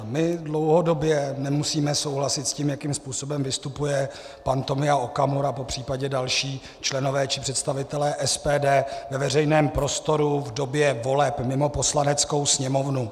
My dlouhodobě nemusíme souhlasit s tím, jakým způsobem vystupuje pan Tomio Okamura, popřípadě další členové či představitelé SPD ve veřejném prostoru v době voleb mimo Poslaneckou sněmovnu.